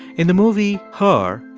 in the movie her,